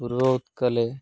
पूर्वोत्कले